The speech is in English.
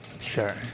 Sure